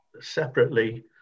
separately